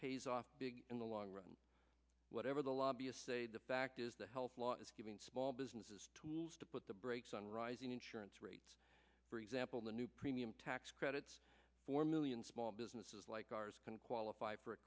pays off big in the long run whatever the lobbyist say the fact is the health law is giving small businesses tools to put the brakes on rising insurance rates for example the new premium tax credits four million small businesses like ours can qualify for a